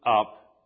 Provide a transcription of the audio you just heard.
up